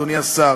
אדוני השר: